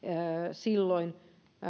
silloin